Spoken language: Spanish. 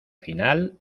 final